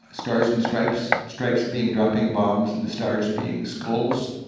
stars and stripes. stripes being dropping bombs, and the stars being skulls.